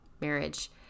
Marriage